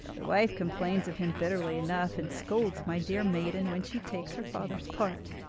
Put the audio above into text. the wife complains of him bitterly enough, and scolds my dear maiden when she takes her father's part